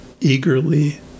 eagerly